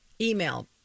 email